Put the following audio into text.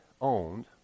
owned